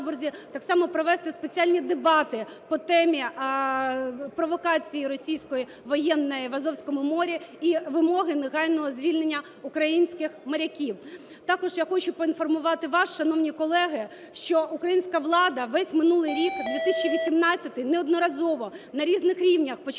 Також я хочу поінформувати вас, шановні колеги, що українська влада весь минулий рік, 2018-й, неодноразово на різних рівнях, починаючи